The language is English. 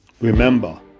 remember